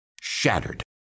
shattered